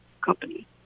company